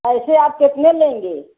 पैसे आप कितने लेंगे